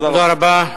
תודה רבה.